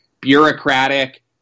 bureaucratic